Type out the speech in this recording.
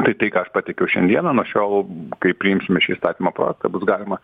tai tai ką aš pateikiau šiandieną nuo šiol kai priimsime šį įstatymo projektą bus galima